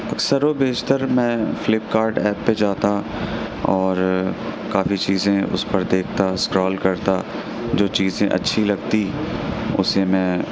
اکثر و بیشتر میں فِلپکارٹ ایپ پہ جاتا اور کافی چیزیں اُس پر دیکھتا اسکرول کرتا جو چیزیں اچھی لگتی اُسے میں